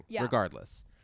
regardless